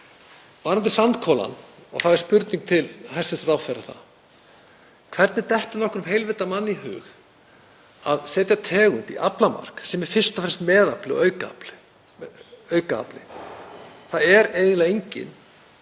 Varðandi sandkolann er spurning til hæstv. ráðherra: Hvernig dettur nokkrum heilvita manni í hug að setja tegund í aflamark sem er fyrst og fremst meðafli og aukaafli? Það er eiginlega enginn